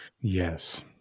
Yes